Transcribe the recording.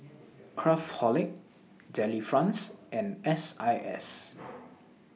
Craftholic Delifrance and S I S